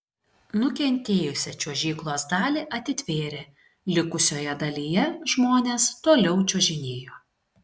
nukentėjusią čiuožyklos dalį atitvėrė likusioje dalyje žmonės toliau čiuožinėjo